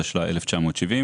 התשל"א-1970,